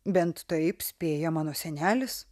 bent taip spėja mano senelis